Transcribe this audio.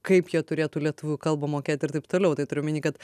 kaip jie turėtų lietuvių kalbą mokėt ir taip toliau tai turiu omeny kad